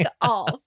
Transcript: off